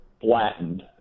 flattened